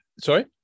Sorry